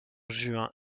juin